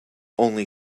only